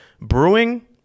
brewing